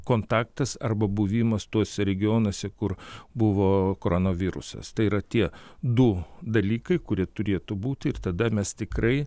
kontaktas arba buvimas tuose regionuose kur buvo koronavirusas tai yra tie du dalykai kurie turėtų būti ir tada mes tikrai